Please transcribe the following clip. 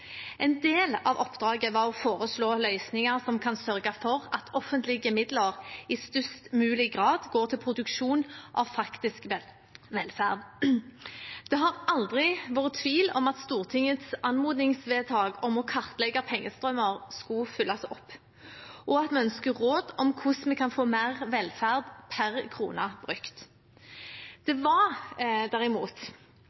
En del av oppdraget var å foreslå løsninger som kan sørge for at offentlige midler i størst mulig grad går til produksjon av faktisk velferd. Det har aldri vært tvil om at Stortingets anmodningsvedtak om å kartlegge pengestrømmer skulle følges opp, og at vi ønsker råd om hvordan vi kan få mer velferd per krone brukt. Det